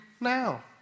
now